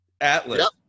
atlas